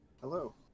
Hello